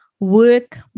work